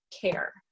care